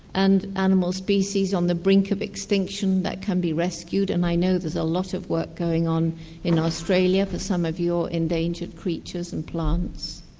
and animal species on the brink of extinction that can be rescued, and i know there's a lot of work going on in australia for some of your endangered creatures and plants.